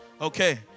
okay